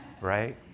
Right